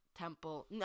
Temple